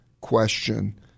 question